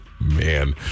Man